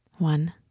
One